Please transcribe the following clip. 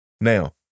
Now